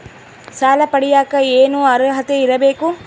ಸಾಲ ಪಡಿಯಕ ಏನು ಅರ್ಹತೆ ಇರಬೇಕು?